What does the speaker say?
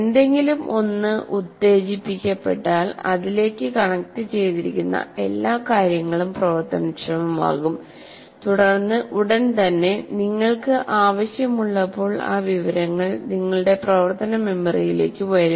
എന്തെങ്കിലും ഒന്ന് ഉത്തേജിപ്പിക്കപ്പെട്ടാൽ അതിലേക്ക് കണക്റ്റുചെയ്തിരിക്കുന്ന എല്ലാ കാര്യങ്ങളും പ്രവർത്തനക്ഷമമാകും തുടർന്ന് ഉടൻ തന്നെ നിങ്ങൾക്ക് ആവശ്യമുള്ളപ്പോൾ ആ വിവരങ്ങൾ നിങ്ങളുടെ പ്രവർത്തന മെമ്മറിയിലേക്ക് വരും